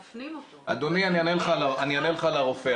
אדוני אני אענה לך על הרופא,